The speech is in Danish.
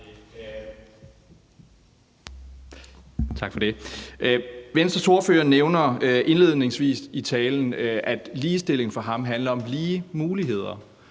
Venstres ordfører nævner indledningsvis i talen, at ligestilling for ham handler om lige muligheder.